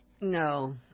No